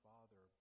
Father